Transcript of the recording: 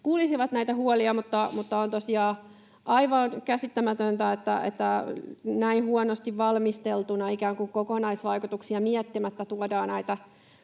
kuulisivat näitä huolia. Mutta on tosiaan aivan käsittämätöntä, että näin huonosti valmisteltuna, ikään kuin kokonaisvaikutuksia miettimättä tuodaan näitä